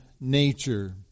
nature